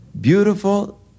beautiful